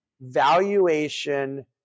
valuation